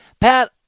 Pat